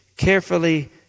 carefully